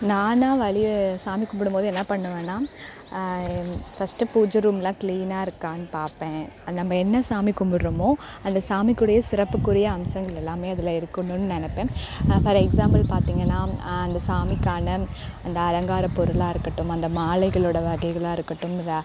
நானா வலி சாமி கும்பிடம்போது என்ன பண்ணுவேன்னா ஃபர்ஸ்ட்டு பூஜை ரூம் எல்லாம் க்ளீனாக இருக்கான்னு பார்ப்பேன் நம்ப என்ன சாமி கும்பிட்றோமோ அந்த சாமிக்குடைய சிறப்புக்குரிய அம்சங்கள் எல்லாமே அதில் இருக்கணுன்னு நினப்பேன் ஃபார் எக்ஸாம்பிள் பாத்தீங்கன்னா அந்த சாமிக்கான அந்த அலங்கார பொருளாக இருக்கட்டும் அந்த மாலைகளோட வகைகளாக இருக்கட்டும் வ